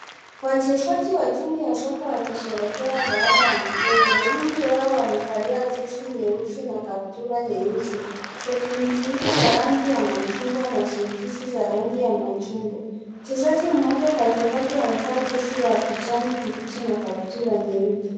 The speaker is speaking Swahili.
Wachezaji wa timu ya soka wakisherehekea baada ya mchezo, wengi wao wamevalia jezi nyeusi na kaptura nyeusi zenye michirizi ya rangi ya machungwa na soksi za rangi ya machungwa . Mchezaji mmoja katikati amevaa jezi ya kijani kibichi na kaptura nyeupe.